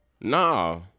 Nah